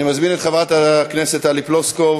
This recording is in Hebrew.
אני מזמין את חברת הכנסת טלי פלוסקוב